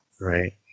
Right